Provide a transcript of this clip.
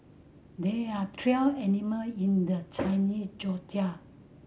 there are twelve animal in the Chinese Zodiac